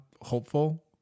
hopeful